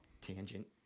tangent